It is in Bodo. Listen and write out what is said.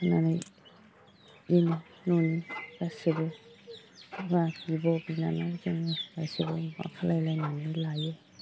होननानै बे न'नि गासैबो बिदा बिब' बिनानाव जोङो गासैबो माबा खालामलायनानै लायो